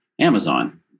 Amazon